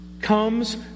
Comes